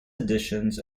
editions